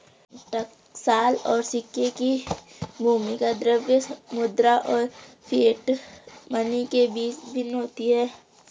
टकसाल और सिक्के की भूमिका द्रव्य मुद्रा और फिएट मनी के बीच भिन्न होती है